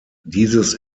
dieses